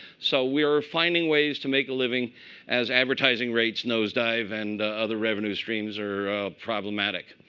so we are finding ways to make a living as advertising rates nosedive and other revenue streams are problematic.